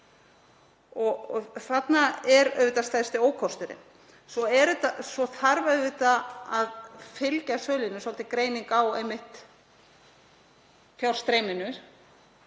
Þarna er auðvitað stærsti ókosturinn. Svo þarf auðvitað að fylgja sölunni svolítið greining á fjárstreyminu.